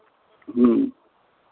ह्म्म